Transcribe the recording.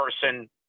person